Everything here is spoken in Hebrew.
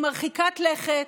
היא מרחיקת לכת,